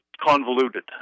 convoluted